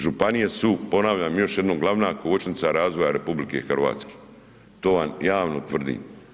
Županije su ponavljam još jednom glavna kočnica razvoja RH, to vam javno tvrdim.